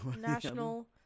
National